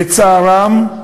לצערם,